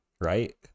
right